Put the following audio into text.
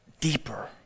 deeper